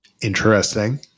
Interesting